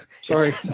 Sorry